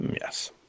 Yes